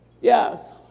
Yes